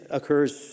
occurs